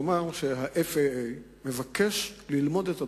ואמר שה-FAA מבקש ללמוד את הדוח.